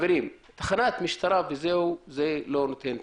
תחנת משטרה זה לא מספיק.